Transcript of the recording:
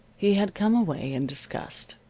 he had come away in disgust.